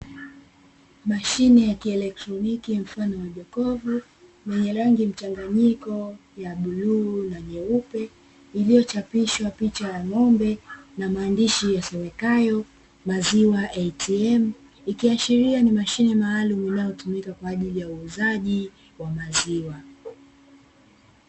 Mashine ya kielektroniki mfano wa jokofu; yenye rangi mchanganyiko ya bluu na nyeupe, iliyochapishwa picha ya ng’ombe na maandishi yasomekayo “Maziwa ATM”, ikiashiria ni mashine maalumu inayotumika kwa ajili ya uuzaji wa maziwa.